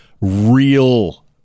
real